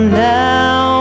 now